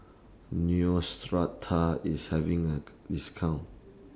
Neostrata IS having A discount